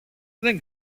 δεν